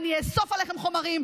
אני אאסוף עליכם חומרים,